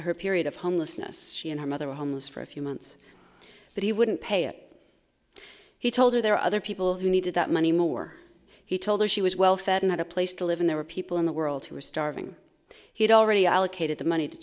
her period of homelessness she and her mother were homeless for a few months but he wouldn't pay it he told her there other people who needed that money more he told her she was well fed and had a place to live in there were people in the world who were starving he'd already allocated the money to